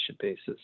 basis